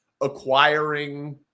acquiring